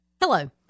Hello